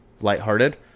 lighthearted